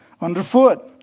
underfoot